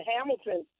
Hamilton